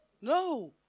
No